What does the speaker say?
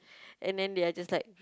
and then they're just like